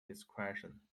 discretion